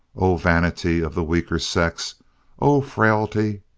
oh vanity of the weaker sex oh frailty!